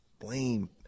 blame